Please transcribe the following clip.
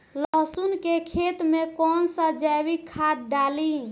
लहसुन के खेत कौन सा जैविक खाद डाली?